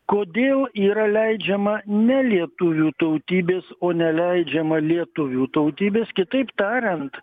kodėl yra leidžiama nelietuvių tautybės o neleidžiama lietuvių tautybės kitaip tariant